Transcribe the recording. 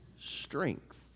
strength